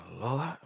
Lord